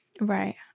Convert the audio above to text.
Right